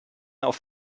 auf